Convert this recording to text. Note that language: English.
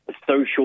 social